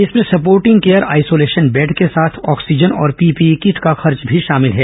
इसमें supportive care isolation bed के साथ आक्सीजन और पीपीई किट का खर्च शामिल है